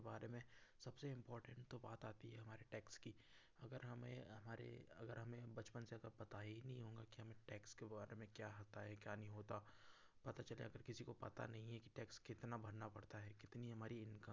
सबसे इम्पोर्टेन्ट तो बात आती है हमारे टैक्स की अगर हमें हमारे अगर हमें बचपन से अगर पता ही नहीं होगा कि हमें टैक्स के बारे में क्या हता है क्या नहीं होता पता चले अगर किसी को पता नहीं है कि टैक्स कितना भरना पड़ता है कितनी हमारी इनकम है